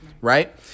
right